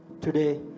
today